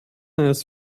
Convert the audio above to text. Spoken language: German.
eines